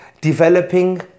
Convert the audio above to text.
developing